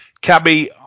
cabby